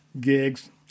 gigs